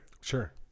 Sure